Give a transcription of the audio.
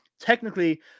technically